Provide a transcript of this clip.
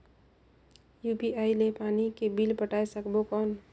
UPI ले पानी के बिल पटाय सकबो कौन?